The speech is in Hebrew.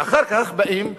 ואחר כך באים,